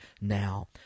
now